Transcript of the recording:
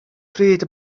pryd